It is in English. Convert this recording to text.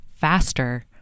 faster